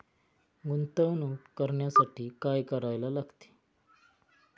गुंतवणूक करण्यासाठी काय करायला लागते?